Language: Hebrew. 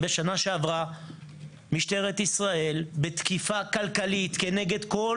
בשנה שעברה משטרת ישראל בתקיפה כלכלית כנגד כל